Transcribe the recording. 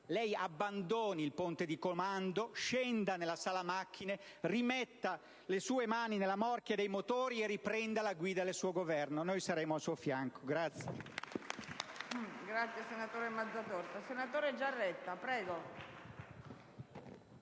nave, abbandoni il ponte di comando, scenda nella sala macchine, rimetta le sue mani nella morchia dei motori e riprenda la guida del suo Governo. Noi saremo al suo fianco.